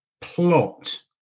plot